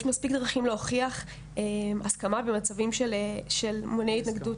מספיק דרכים להוכיח אי הסכמה במצבים מונעי התנגדות.